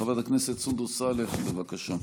חברת הכנסת סונדוס סאלח, בבקשה.